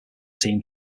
team